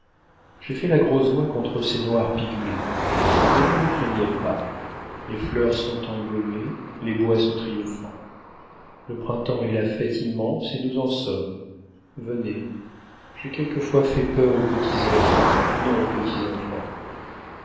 j'ai fait la grosse voix contre ces noirs pygmées mais ne me craignez pas les fleurs sont embaumées les bois sont triomphants le printemps est la fête immense et nous en sommes venez j'ai quelquefois fait peur aux petits hommes non